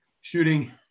shooting